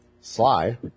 Sly